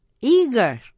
eager